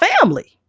family